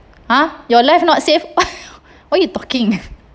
ha your life not safe what you talking